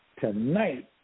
tonight